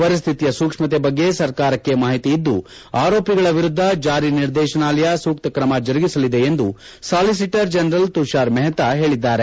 ಪರಿಸ್ಟಿತಿಯ ಸೂಕ್ಷ್ಮತೆ ಬಗ್ಗೆ ಸರ್ಕಾರಕ್ಕೆ ಮಾಹಿತಿ ಇದ್ದು ಅರೋಪಿಗಳ ವಿರುದ್ಧ ಜಾರಿ ನಿರ್ದೇಶನಾಲಯ ಸೂಕ್ತ ಕ್ರಮ ಜರುಗಿಸಲಿದೆ ಎಂದು ಸಾಲಿಸಿಟರ್ ಜನರಲ್ ತುಷಾರ್ ಮಹ್ತಾ ಹೇಳಿದ್ದಾರೆ